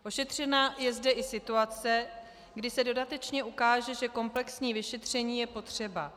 Ošetřena je zde i situace, kdy se dodatečně ukáže, že komplexní vyšetření je potřeba.